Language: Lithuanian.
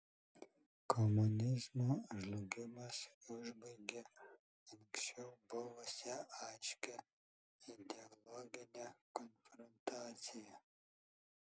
komunizmo žlugimas užbaigė anksčiau buvusią aiškią ideologinę konfrontaciją